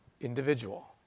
individual